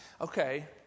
Okay